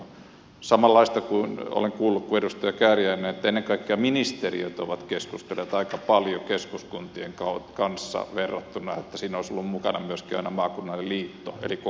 samanlaista olen kuullut kuin edustaja kääriäinen että ennen kaikkea ministeriöt ovat keskustelleet aika paljon keskuskuntien kanssa verrattuna siihen että siinä olisi ollut mukana myöskin aina maakunnan liitto eli koko maakunta